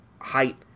height